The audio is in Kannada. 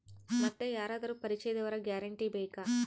ಮತ್ತೆ ಯಾರಾದರೂ ಪರಿಚಯದವರ ಗ್ಯಾರಂಟಿ ಬೇಕಾ?